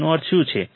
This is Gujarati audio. તેનો અર્થ શું છે